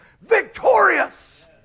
victorious